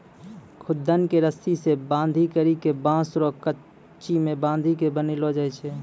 खुद्दन के रस्सी से बांधी करी के बांस रो करची मे बांधी के बनैलो जाय छै